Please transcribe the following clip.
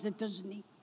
États-Unis